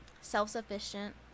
self-sufficient